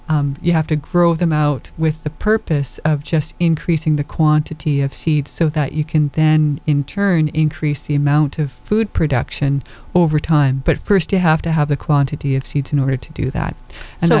you have to grow them out with the purpose of just increasing the quantity of seed so that you can then in turn increase the amount of food production over time but first to have to have the quantity of seeds in order to do that and i